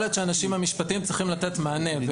להיות שהאנשים המשפטיים צריכים לתת מענה,